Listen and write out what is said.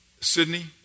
Sydney